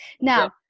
now